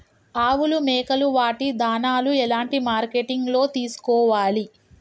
ఆవులు మేకలు వాటి దాణాలు ఎలాంటి మార్కెటింగ్ లో తీసుకోవాలి?